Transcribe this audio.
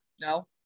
No